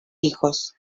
hijos